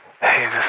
Hey